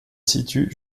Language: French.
situe